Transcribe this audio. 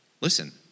listen